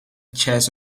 chest